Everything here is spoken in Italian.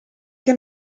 che